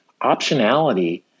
optionality